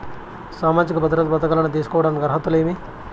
సామాజిక భద్రత పథకాలను తీసుకోడానికి అర్హతలు ఏమి?